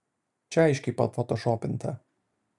čia aiškiai pafotošopinta